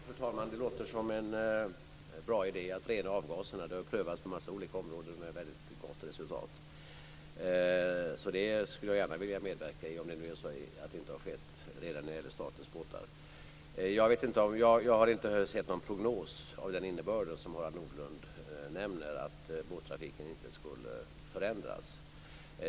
Fru talman! Det låter som en bra idé att rena avgaserna. Det har prövats på en mängd olika områden med väldigt gott resultat. Det skulle jag gärna vilja medverka i om det inte redan har skett när det gäller statens båtar. Jag har inte sett någon prognos av den innebörd som Harald Nordlund nämner, att båttrafiken inte skulle förändras.